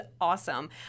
awesome